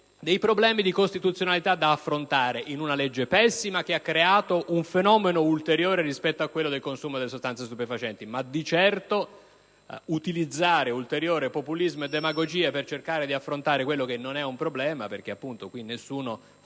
problemi di costituzionalità da affrontare, rivisitando una legge pessima che ha creato un fenomeno ulteriore rispetto a quello del consumo delle sostanze stupefacenti. Di certo, però, utilizzare ulteriore populismo e demagogia per cercare di affrontare quello che non è un problema - perché qui nessuno fuma